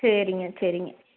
சரிங்க சரிங்க